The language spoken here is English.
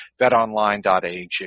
betonline.ag